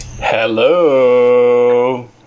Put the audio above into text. Hello